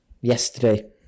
yesterday